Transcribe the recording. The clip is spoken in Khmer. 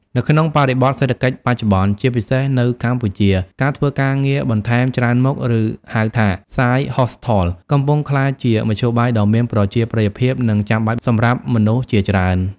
នៅក្នុងបរិបទសេដ្ឋកិច្ចបច្ចុប្បន្ន ជាពិសេសនៅកម្ពុជា ការធ្វើការងារបន្ថែមច្រើនមុខ ឬហៅថា "Side Hustle" កំពុងក្លាយជាមធ្យោបាយដ៏មានប្រជាប្រិយភាព និងចាំបាច់សម្រាប់មនុស្សជាច្រើន។